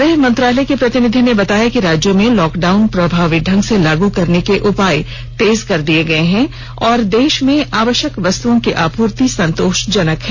गृहमंत्रालय की प्रतिनिधि ने बताया कि राज्यों में लॉकडाउन प्रभावी ढंग से लागू कराने के उपाय तेज कर दिए गए हैं और देश में आवश्यक वस्तुओं की आपूर्ति संतोषजनक है